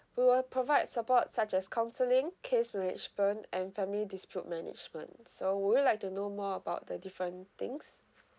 we will provide support such as counselling case management and family dispute management so would you like to know more about the different things